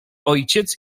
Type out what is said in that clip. ojciec